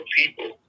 people